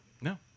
No